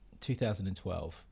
2012